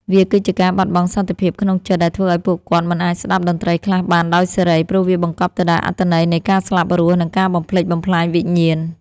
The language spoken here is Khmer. វាគឺជាការបាត់បង់សន្តិភាពក្នុងចិត្ត ដែលធ្វើឱ្យពួកគាត់មិនអាចស្តាប់តន្ត្រីខ្លះបានដោយសេរី ព្រោះវាបង្កប់ទៅដោយអត្ថន័យនៃការស្លាប់រស់ និងការបំផ្លិចបំផ្លាញវិញ្ញាណ។